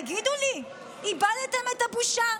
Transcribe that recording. תגידו לי, איבדתם את הבושה?